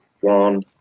one